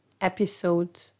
episode